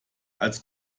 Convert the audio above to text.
als